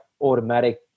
automatic